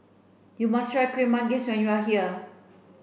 you must try Kuih Manggis when you are here